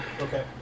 Okay